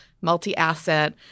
multi-asset